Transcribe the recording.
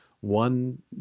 one